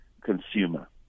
consumer